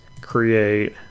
Create